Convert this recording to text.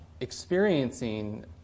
experiencing